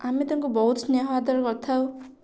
ଆମେ ତାଙ୍କୁ ବହୁତ ସ୍ନେହ ଆଦର କରିଥାଉ